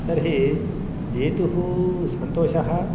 तर्हि जेतुः सन्तोषः